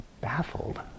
baffled